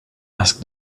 asked